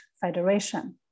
Federation